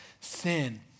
sin